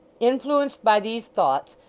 influenced by these thoughts,